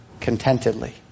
contentedly